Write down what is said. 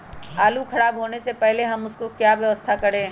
आलू खराब होने से पहले हम उसको क्या व्यवस्था करें?